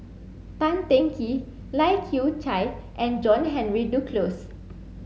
Tan Teng Kee Lai Kew Chai and John Henry Duclos